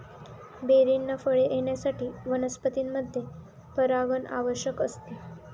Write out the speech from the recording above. बेरींना फळे येण्यासाठी वनस्पतींमध्ये परागण आवश्यक असते